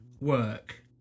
work